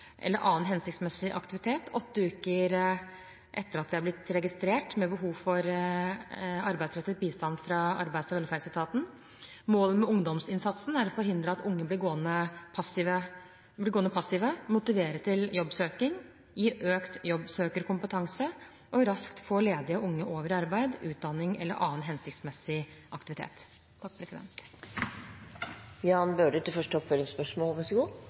eller annen hensiktsmessig aktivitet åtte uker etter at de ble registrert med behov for arbeidsrettet bistand fra arbeids- og velferdsetaten. Målet med ungdomsinnsatsen er å forhindre at unge blir gående passive, motivere til jobbsøking, gi økt jobbsøkerkompetanse og raskt få ledige unge over i arbeid, utdanning eller annen hensiktsmessig aktivitet.